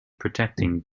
protecting